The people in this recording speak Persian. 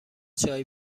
چای